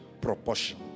proportion